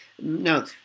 Now